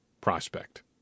prospect